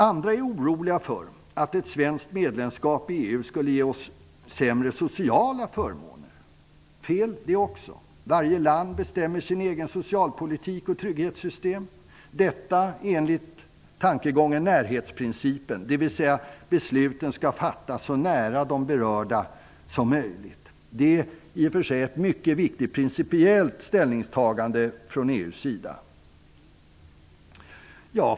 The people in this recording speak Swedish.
Andra är oroliga för att ett svenskt medlemskap i EU skulle ge oss sämre sociala förmåner. Det är också fel. Varje land bestämmer sin egen socialpolitik och sina egna trygghetssystem enligt tankegången om närhetsprincipen. Besluten skall fattas så nära de berörda som möjligt. Det är ett mycket viktigt principiellt ställningstagande från EU:s sida.